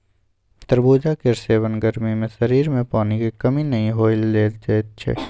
तरबुजा केर सेबन गर्मी मे शरीर मे पानिक कमी नहि होइ लेल दैत छै